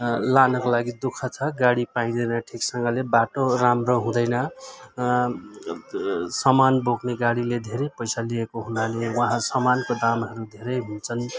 लानको लागि दुख छ गाडी पाइँदैन ठिकसँगले बाटो राम्रो हुँदैन सामान बोक्ने गाडीले धेरै पैसा लिएको हुनाले वहाँ समानको दामहरू धेरै हुन्छन्